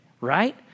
right